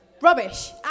rubbish